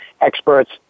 experts